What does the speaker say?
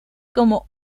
como